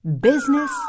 Business